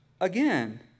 again